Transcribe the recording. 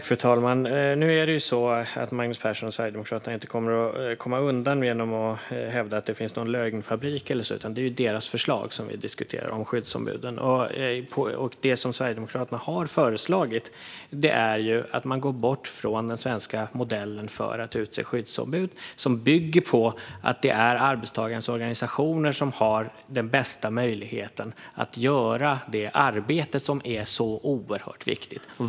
Fru talman! Magnus Persson och Sverigedemokraterna kommer inte undan genom att hävda att det finns någon lögnfabrik. Det är deras förslag om skyddsombuden som vi diskuterar. Det som Sverigedemokraterna har föreslagit är att man ska frångå den svenska modellen för att utse skyddsombud. Modellen bygger på att det är arbetstagarnas organisationer som har den bästa möjligheten att göra detta arbete, som är så oerhört viktigt.